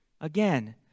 Again